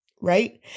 right